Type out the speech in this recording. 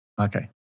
Okay